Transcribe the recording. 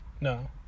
No